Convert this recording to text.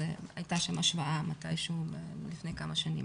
הייתה שם השוואה לפני כמה שנים.